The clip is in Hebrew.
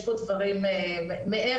יש פה דברים מעבר.